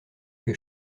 que